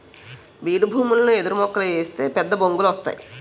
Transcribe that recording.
బీడుభూములలో ఎదురుమొక్కలు ఏస్తే పెద్దబొంగులు వస్తేయ్